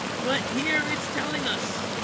but here it's telling us